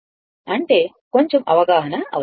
అంటే కొంచెం అవగాహన అవసరం